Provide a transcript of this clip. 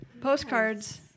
postcards